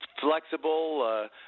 flexible